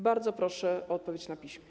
Bardzo proszę o odpowiedź na piśmie.